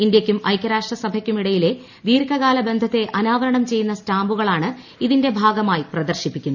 ഇന്ത്യയ്ക്കും ്ക്ക് ഐക്യരാഷ്ട്രസഭയ്ക്കുമിടയിലെ ദീർഘകാലബന്ധത്തെ അന്റാവരണം ചെയ്യുന്ന സ്റ്റാമ്പുകളാണ് ഇതിന്റെ ഭാഗമായി പ്രദർശിപ്പിക്കുന്നത്